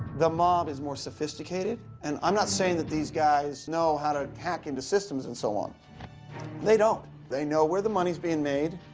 the mob is more sophisticated. and i'm not saying that these guys know how to hack into systems and so on they don't. they know where the money's being made,